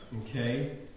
Okay